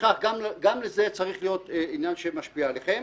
ולפיכך גם זה צריך להיות עניין שמשפיע עליכם.